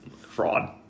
fraud